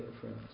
friends